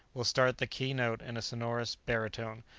will start the key-note in a sonorous barytone,